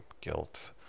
guilt